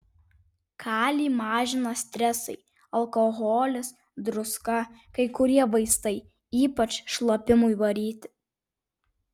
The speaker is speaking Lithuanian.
kalį mažina stresai alkoholis druska kai kurie vaistai ypač šlapimui varyti